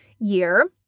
year